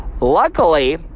Luckily